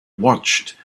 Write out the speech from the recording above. watched